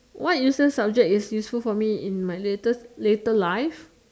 what useless subject is useful for me in my later later life